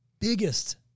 biggest